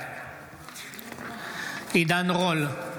בעד עידן רול,